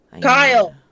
Kyle